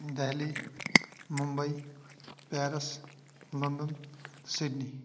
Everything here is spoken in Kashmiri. Delhi Mumbai Paris London Sydney